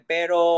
Pero